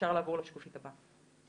אפשר לעבור לשקופית הבאה.